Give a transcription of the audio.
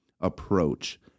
approach